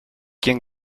quien